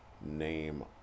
name